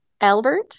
albert